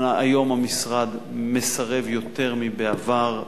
היום המשרד מסרב יותר מבעבר,